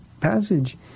passage